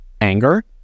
anger